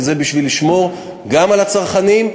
וזה בשביל לשמור גם על הצרכנים,